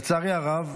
לצערי הרב,